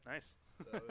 Nice